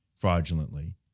fraudulently